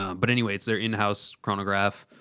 um but, anyway, it's their in-house chronograph,